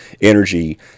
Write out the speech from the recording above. energy